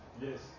Yes